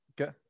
Okay